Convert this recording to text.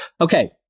Okay